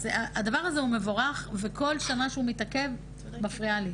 אז הדבר הזה מבורך, וכל שנה שהוא מתעכב מפריעה לי.